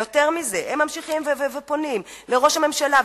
ויותר מזה, הם ממשיכים ופונים לראש הממשלה.